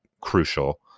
crucial